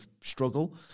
struggle